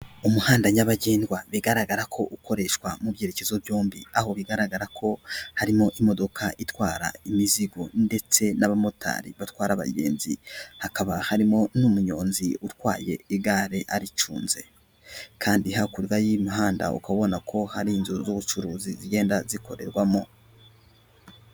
Umuhanda nyabagendwa bigaragara ko ukoreshwa mu byerekezo byombi aho bigaragara ko harimo imodoka itwara imizigo ndetse n'abamotari batwara abagenzi hakaba harimo n'umunyonzi utwaye igare aricunze kandi hakurya y'imihanda ukabona ko hari inzu z'ubucuruzi zigenda zikorerwamo.